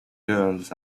girls